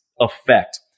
effect